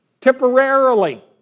temporarily